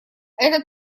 это